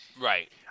Right